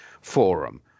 forum